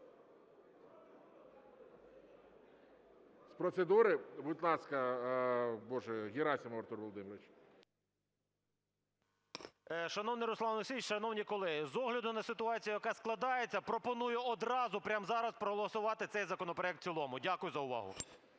З процедури? Будь ласка, Герасимов Артур Володимирович. 12:42:19 ГЕРАСИМОВ А.В. Шановний Руслан Олексійович, шановні колеги, з огляду на ситуацію, яка складається, пропоную одразу прямо зараз проголосувати цей законопроект в цілому. Дякую за увагу.